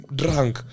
drunk